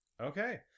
okay